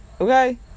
Okay